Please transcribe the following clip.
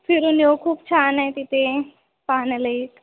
फिरून येऊ खूप छान आहे तिथे पाहण्यालायक